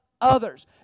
others